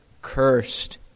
Cursed